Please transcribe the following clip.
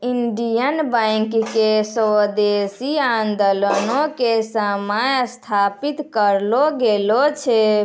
Indian bank के स्वदेशी आन्दोलनो के समय स्थापित करलो गेलो छै